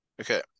Okay